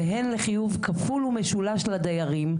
ובכלל מברכים על כל ביקורת וכל זרקור שניתן על הדיור הציבורי.